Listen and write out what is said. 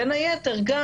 בין היתר גם